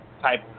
type